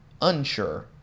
unsure